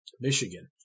Michigan